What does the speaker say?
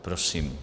Prosím.